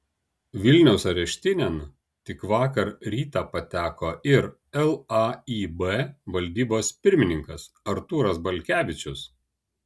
vilniaus areštinėn tik vakar rytą pateko ir laib valdybos pirmininkas artūras balkevičius